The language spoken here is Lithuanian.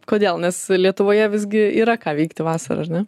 kodėl nes lietuvoje visgi yra ką veikti vasarą ar ne